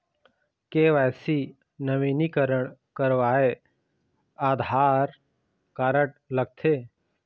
KYC नवीनीकरण करवाये Aadhaar card लगथे?